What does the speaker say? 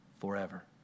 forever